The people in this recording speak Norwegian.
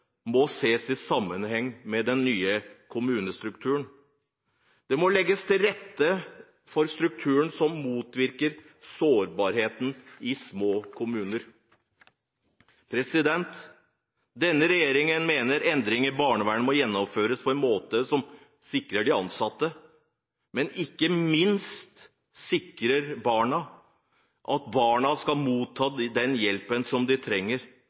må ses i sammenheng med den nye kommunestrukturen. Det må legges til rette for en struktur som motvirker sårbarheten i små kommuner. Denne regjeringen mener endringer i barnevernet må gjennomføres på en måte som sikrer de ansatte, og som ikke minst sikrer barna – at barna skal motta den hjelpen de trenger